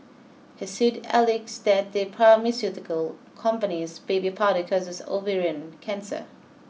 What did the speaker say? her suit alleges that the pharmaceutical company's baby powder causes ovarian cancer